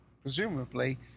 presumably